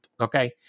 Okay